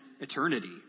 eternity